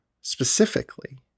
specifically